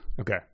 Okay